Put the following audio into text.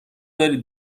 دارید